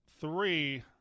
three